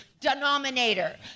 denominator